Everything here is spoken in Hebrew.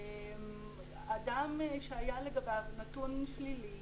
אדם שהיה לגביו נתון שלילי,